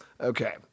Okay